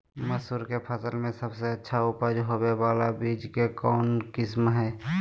मसूर के फसल में सबसे अच्छा उपज होबे बाला बीज के कौन किस्म हय?